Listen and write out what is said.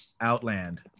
Outland